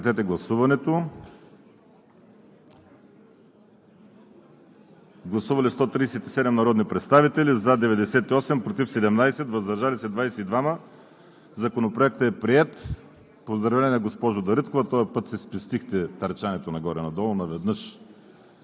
на гласуване. Гласували 137 народни представители: за 98, против 17, въздържали се 22. Законопроектът е приет. Поздравления, госпожо Дариткова – този път си спестихте търчането нагоре-надолу, наведнъж